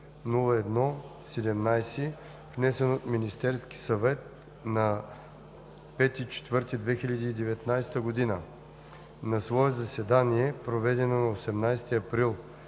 902-01-17, внесен от Министерския съвет на 5 април 2019 г. На свое заседание, проведено на 18 април